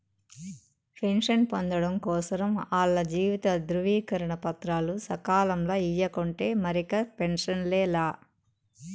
pension పొందడం కోసరం ఆల్ల జీవిత ధృవీకరన పత్రాలు సకాలంల ఇయ్యకుంటే మరిక పెన్సనే లా